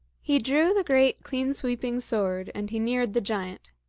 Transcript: he drew the great clean-sweeping sword, and he neared the giant.